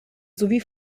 sowie